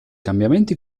cambiamenti